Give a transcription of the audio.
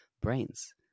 brains